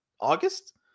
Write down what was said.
August